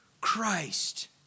Christ